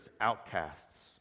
outcasts